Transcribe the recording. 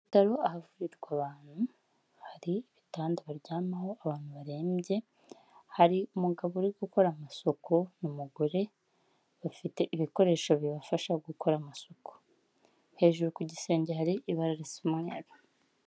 Mu bitaro ahavurirwa abantu, hari ibitanda baryamaho abantu barembye, hari umugabo uri gukora amasuku n'umugore bafite ibikoresho bibafasha gukora amasuku, hejuru ku gisenge hari ibara risa umweru.